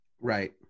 Right